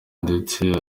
ndetse